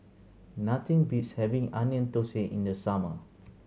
nothing beats having Onion Thosai in the summer